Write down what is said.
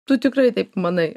tu tikrai taip manai